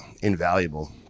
invaluable